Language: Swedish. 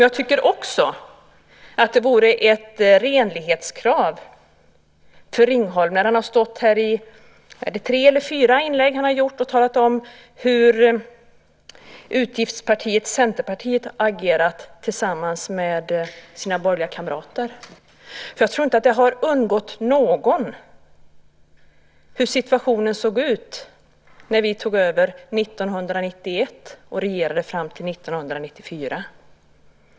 Jag tycker också att det finns ett renlighetskrav för Ringholm när han har stått här och i tre eller fyra inlägg talat om hur utgiftspartiet Centerpartiet agerat tillsammans med sina borgerliga kamrater. Jag tror inte att det har undgått någon hur situationen såg ut när vi tog över 1991 och regerade fram till 1994.